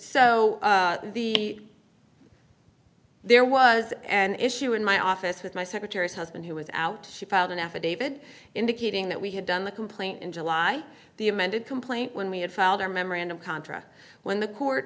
so the there was an issue in my office with my secretary's husband who without she filed an affidavit indicating that we had done the complaint in july the amended complaint when we had filed our memorandum contra when the court